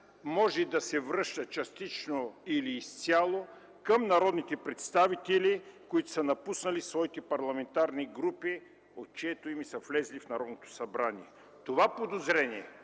може да се връща частично или изцяло към народните представители, които са напуснали своите парламентарни групи, от чието име са влезли в Народното събрание. Това подозрение